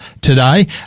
today